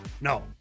No